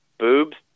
Boobs